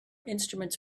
instruments